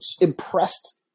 impressed